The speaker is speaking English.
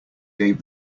gave